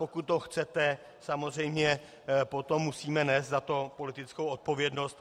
Pokud to chcete, samozřejmě potom musíme nést za to politickou odpovědnost.